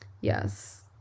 Yes